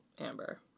Amber